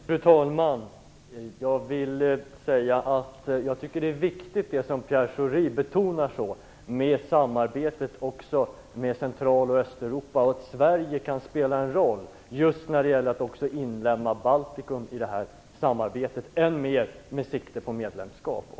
Fru talman! Jag tycker att det som Pierre Schori betonar är viktigt. Det är viktigt med ett samarbete också med Central och Östeuropa och att Sverige kan spela en roll när det gäller att inlemma Baltikum i detta samarbete - siktet är inställt på ett medlemskap.